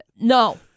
no